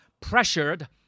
pressured